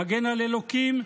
נגן על אלוקים,